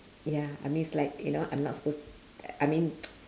ya I miss like you know I'm not suppose I mean